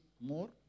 more